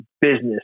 business